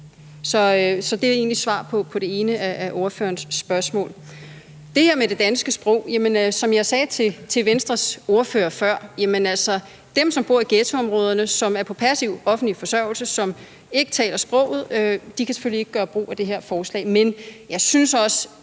Så det er egentlig svar på det ene af ordførerens spørgsmål. Til det her med det danske sprog, vil jeg sige, som jeg sagde til Venstres ordfører før, at dem, der bor i ghettoområder, som er på passiv, offentlig forsørgelse, som ikke taler sproget, selvfølgelig ikke kan gøre brug af det her forslag. Men jeg synes også,